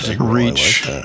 reach